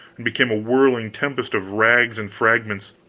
and became a whirling tempest of rags and fragments